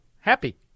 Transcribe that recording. happy